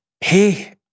hey